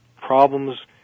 problems